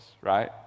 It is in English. right